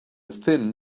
thin